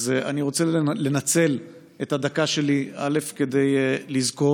אז אני רוצה לנצל את הדקה שלי כדי לזכור